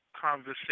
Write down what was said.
conversation